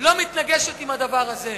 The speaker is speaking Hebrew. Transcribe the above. לא מתנגשת עם הדבר הזה,